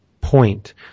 Point